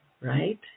right